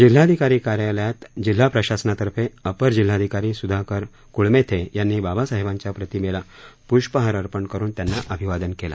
जिल्हाधिकारी कार्यालयात जिल्हा प्रशासनातर्फे अपर जिल्हाधिकारी सुधाकर क्ळमेथे यांनी बाबासाहेबांच्या प्रतिमेला पुष्पहार अर्पण करुन त्यांना अभिवादन केलं